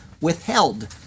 withheld